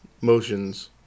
motions